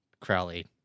Crowley